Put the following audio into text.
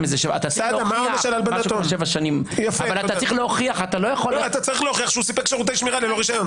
אתה צריך להוכיח שהוא סיפק שירותי שמירה בלי רישיון.